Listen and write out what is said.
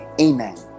Amen